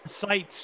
Sites